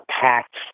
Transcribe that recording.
packed